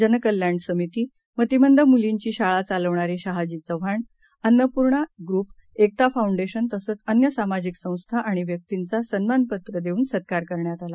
जनकल्याणसमिती मतिमंदमुलींचीशाळाचालवणारेशहाजीचव्हाण अन्नपूर्णाग्रुप एकताफाउंडेशनतसंचअन्यसामाजिकसंस्थांआणिव्यक्तिंचासन्मानपत्रदेऊनसत्कारकरण्यातआला